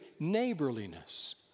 neighborliness